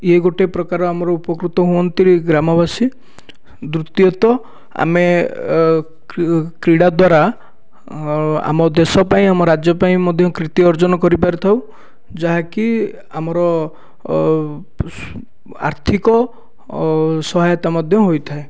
ଇଏ ଗୋଟିଏ ପ୍ରକାର ଆମର ଉପକୃତ ହୁଅନ୍ତି ଗ୍ରାମବାସୀ ଦ୍ୱତୀୟତଃ ଆମେ କ୍ରୀଡ଼ା ଦ୍ଵାରା ଆମ ଦେଶ ପାଇଁ ଆମ ରାଜ୍ୟ ପାଇଁ ମଧ୍ୟ କୀର୍ତ୍ତି ଅର୍ଜନ କରିପାରିଥାଉ ଯାହାକି ଆମର ଆର୍ଥିକ ସହାୟାତା ମଧ୍ୟ ହୋଇଥାଏ